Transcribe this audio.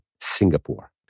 Singapore